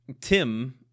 Tim